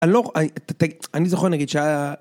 אני לא, אני זוכר נגיד שה...